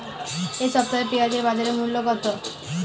এ সপ্তাহে পেঁয়াজের বাজার মূল্য কত?